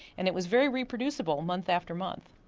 and it was very reproducible month after month.